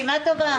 מי בעד הצעת החוק,